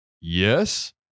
Yes